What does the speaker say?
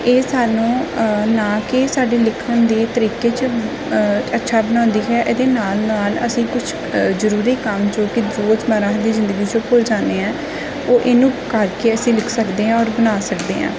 ਇਹ ਸਾਨੂੰ ਨਾ ਕਿ ਸਾਡੀ ਲਿਖਣ ਦੇ ਤਰੀਕੇ 'ਚ ਅੱਛਾ ਬਣਾਉਂਦੀ ਹੈ ਇਹਦੇ ਨਾਲ ਨਾਲ ਅਸੀਂ ਕੁਛ ਕੁ ਜ਼ਰੂਰੀ ਕੰਮ ਜੋ ਕਿ ਰੋਜ਼ ਮਰਹਾ ਦੀ ਜ਼ਿੰਦਗੀ ਚੋਂ ਭੁੱਲ ਜਾਂਦੇ ਹਾਂ ਉਹ ਇਹਨੂੰ ਕਰਕੇ ਅਸੀਂ ਲਿਖ ਸਕਦੇ ਹਾਂ ਔਰ ਬਣਾ ਸਕਦੇ ਹਾਂ